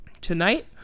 tonight